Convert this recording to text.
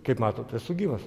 kaip matot esu gyvas